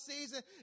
season